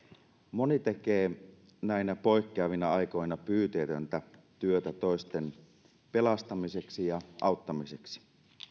moni tekee näinä poikkeavina aikoina pyyteetöntä työtä toisten pelastamiseksi ja auttamiseksi